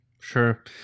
Sure